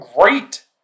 great